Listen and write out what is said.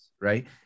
Right